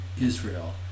Israel